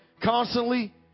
constantly